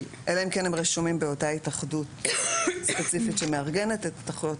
אלא אם כן הם רשומים באותה התאחדות ספציפית שמארגנת את התחרות.